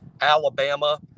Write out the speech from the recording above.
Alabama